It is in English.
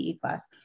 class